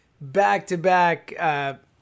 back-to-back